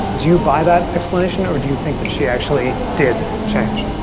do you buy that explanation or do you think that she actually did change?